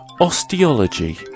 osteology